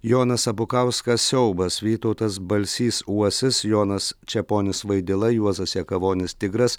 jonas abukauskas siaubas vytautas balsys uosis jonas čeponis vaidila juozas jakavonis tigras